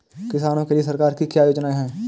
किसानों के लिए सरकार की क्या योजनाएं हैं?